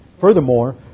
Furthermore